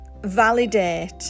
validate